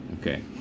Okay